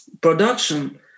production